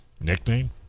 nickname